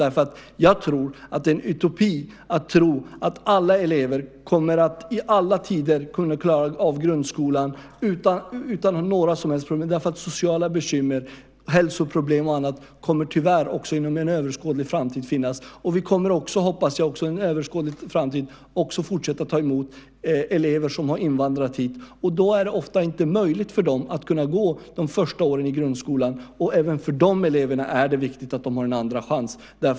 Det är en utopi att tro att alla elever i alla tider kommer att kunna klara av grundskolan utan några som helst problem. Sociala bekymmer, hälsoproblem och annat kommer tyvärr att finnas under en överskådlig framtid. Jag hoppas att vi under en överskådlig framtid kommer att fortsätta att ta emot elever som har invandrat hit. Det är ofta inte möjligt för dem att gå de första åren i grundskolan. Även för de eleverna är det viktigt med en andra chans.